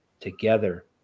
together